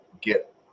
get